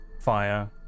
Fire